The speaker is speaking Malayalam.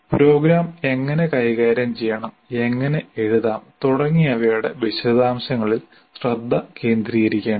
പ്രോഗ്രാം എങ്ങനെ കൈകാര്യം ചെയ്യണം എങ്ങനെ എഴുതാം തുടങ്ങിയവയുടെ വിശദാംശങ്ങളിൽ ശ്രദ്ധ കേന്ദ്രീകരിക്കേണ്ടതില്ല